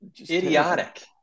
idiotic